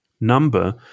number